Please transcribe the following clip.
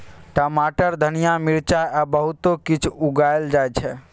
टमाटर, धनिया, मिरचाई आ बहुतो किछ उगाएल जाइ छै